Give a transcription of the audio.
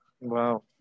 Wow